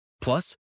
Plus